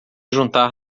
juntar